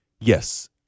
yes